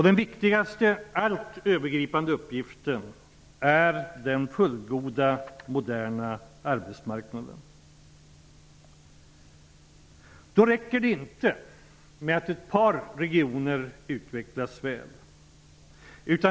Den viktigaste, allt övergripande uppgiften är den fullgoda, moderna arbetsmarknaden. Då räcker det inte med att ett par regioner utvecklas väl.